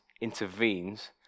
intervenes